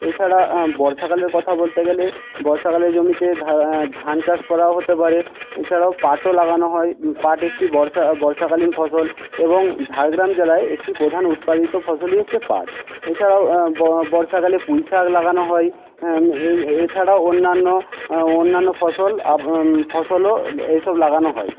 এছাড়া বর্ষাকালের কথা বলতে গেলে বর্ষাকালে জমিতে ধান চাষ করাও হতে পারে এছাড়াও পাটও লাগানো হয় পাট একটি বর্ষা বর্ষাকালীন ফসল এবং ঝাড়গ্রাম জেলায় একটি প্রধান উৎপাদিত ফসলই হচ্ছে পাট এছাড়াও বর্ষাকালে পুঁইশাক লাগানো হয় এছাড়াও অন্যান্য অন্যান্য ফসল ফসলও এসব লাগানো হয়